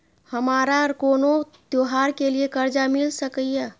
हमारा कोनो त्योहार के लिए कर्जा मिल सकीये?